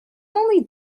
only